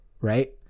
Right